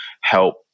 help